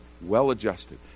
well-adjusted